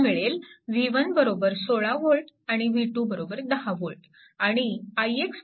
समीकरणे 1 व 4 सोडवा